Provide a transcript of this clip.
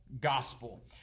Gospel